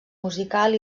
musical